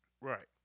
Right